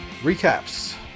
Recaps